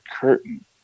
curtain